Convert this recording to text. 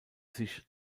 sich